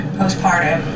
postpartum